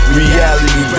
reality